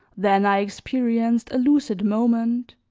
then i experienced a lucid moment,